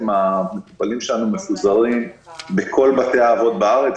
המטופלים שלנו מפוזרים בכל בתי האבות בארץ.